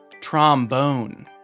Trombone